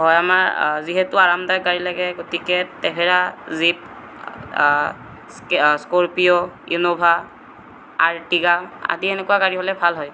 হয় আমাক যিহেতু আৰামদায়ক গাড়ী লাগে গতিকে traveller jeep Scorpio Innova Ertiga আদি এনেকুৱা গাড়ী হ'লে ভাল হয়